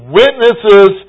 witnesses